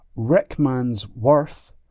Rickmansworth